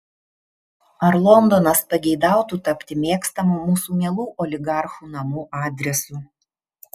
ar londonas pageidautų tapti mėgstamu mūsų mielų oligarchų namų adresu